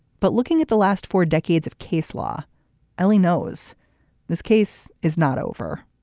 but looking at the last four decades of case law ali knows this case is not over